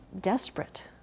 desperate